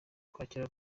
kwakira